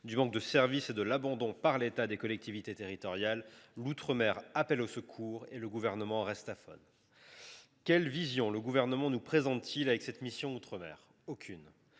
du manque de services ou de l’abandon par l’État des collectivités territoriales, l’outre mer appelle au secours et le Gouvernement reste sourd. Quelle vision l’exécutif nous présente t il avec la mission « Outre mer »? Aucune.